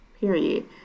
period